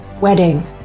wedding